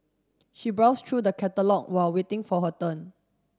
she browsed through the catalogue while waiting for her turn